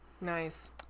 Nice